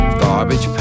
garbage